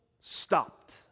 stopped